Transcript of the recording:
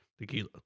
Tequila